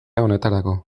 honetarako